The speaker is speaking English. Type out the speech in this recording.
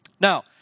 Now